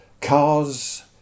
cars